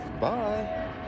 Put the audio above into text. Bye